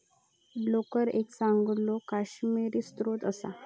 लोकर एक चांगलो काश्मिरी स्त्रोत असा